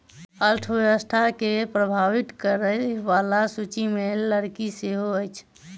अर्थव्यवस्था के प्रभावित करय बला सूचि मे लकड़ी सेहो अछि